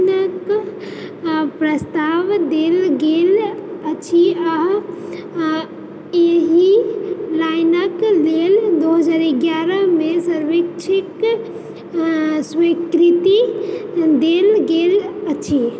लाइनके प्रस्ताव देल गेल अछि आ एहि लाइनके लेल दो हजार एगारह मे सर्वेक्षणक स्वीकृति देल गेल अछि